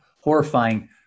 horrifying